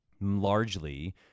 largely